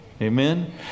amen